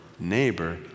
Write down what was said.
neighbor